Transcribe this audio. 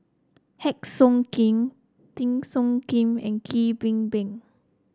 Heng Siok Tian Teo Soon Kim and Kwek Beng Beng